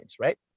Right